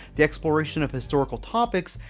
the exploration of historical topics,